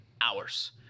hours